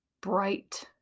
bright